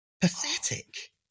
Pathetic